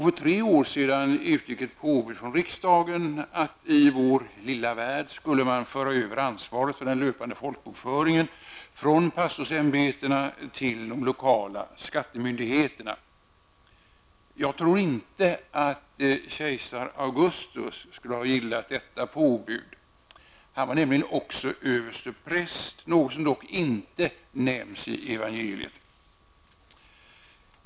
För tre år sedan utgick ett påbud från riksdagen att man i vår lilla värld skulle föra över ansvaret för den löpande folkbokföringen från pastorsämbetena till de lokala skattemyndigheterna. Jag tror inte att kejsar Augustus skulle ha gillat detta påbud. Han var nämligen också överstepräst. Något som dock inte nämns i evangeliet.